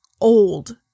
Old